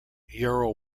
yarrow